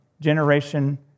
generation